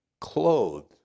clothed